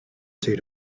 due